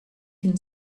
can